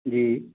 जी